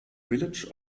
village